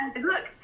look